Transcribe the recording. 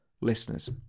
listeners